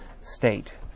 state